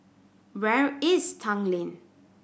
where is Tanglin